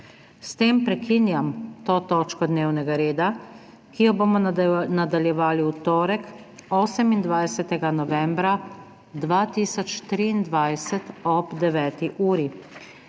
S tem prekinjam to točko dnevnega reda, ki jo bomo nadaljevali v torek, 28. novembra 2023, ob 9. uri.